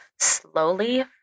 slowly